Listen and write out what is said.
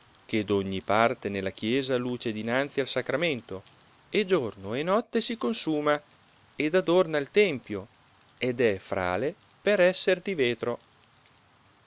che d'ogni parte nella chiesa luce dinanzi al sacramento e giorno e notte si consuma ed adorna il tempio ed é frale per esser di vetro